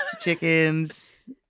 Chickens